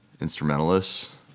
instrumentalists